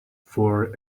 for